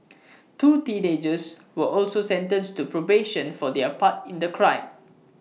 two teenagers were also sentenced to probation for their part in the crime